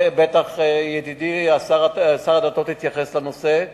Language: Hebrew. ידידי שר הדתות בוודאי יתייחס לנושא.